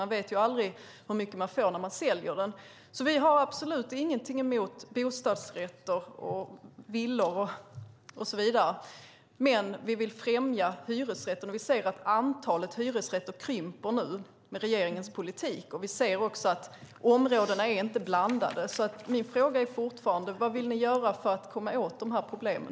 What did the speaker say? Man vet ju aldrig hur mycket man får när man säljer den. Vi har absolut ingenting emot bostadsrätter, villor och så vidare. Men vi vill främja hyresrätten. Vi ser att antalet hyresrätter nu krymper med regeringens politik. Vi ser också att områdena inte är blandade. Min fråga är fortfarande: Vad vill ni göra för att komma åt de här problemen?